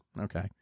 Okay